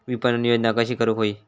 विपणन योजना कशी करुक होई?